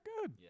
good